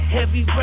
Heavy